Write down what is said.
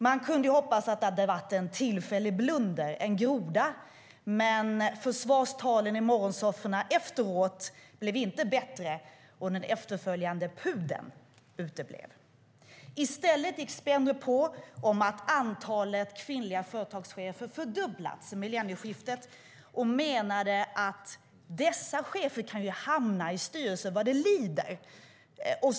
Man kunde ha hoppats att det var en tillfällig blunder, en groda, men vid försvarstalen i morgonsofforna efteråt blev det inte bättre, och den efterföljande pudeln uteblev. I stället gick Spendrup på om att antalet kvinnliga företagschefer fördubblats sedan millennieskiftet och menade att dessa chefer kan hamna i styrelser vad det lider.